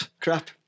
Crap